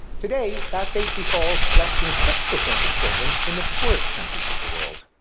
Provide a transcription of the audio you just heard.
today, that fate befalls less than six percent of children in the poorest countries of the world.